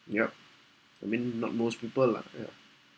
yup I mean not most people lah ya